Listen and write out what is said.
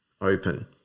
open